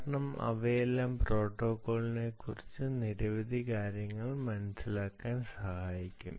കാരണം അവയെല്ലാം പ്രോട്ടോക്കോളിനെക്കുറിച്ച് നിരവധി കാര്യങ്ങൾ മനസ്സിലാക്കാൻ സഹായിക്കും